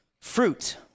Fruit